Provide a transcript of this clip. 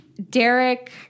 Derek